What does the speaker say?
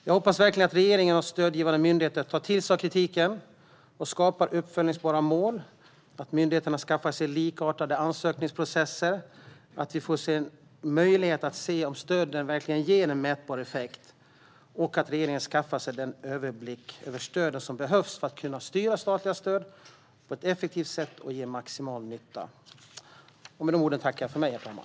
Jag hoppas verkligen att regeringen och stödgivande myndigheter tar till sig av kritiken och skapar uppföljbara mål, att myndigheterna skaffar sig likartade ansökningsprocesser, att vi får en möjlighet att se om stöden verkligen ger en mätbar effekt och att regeringen skaffar sig den överblick över stöden som behövs för att kunna styra statliga stöd på ett effektivt sätt som ger maximal nytta. Med de orden tackar jag för mig, herr talman.